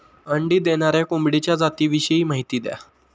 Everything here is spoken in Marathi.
अंडी देणाऱ्या कोंबडीच्या जातिविषयी माहिती द्या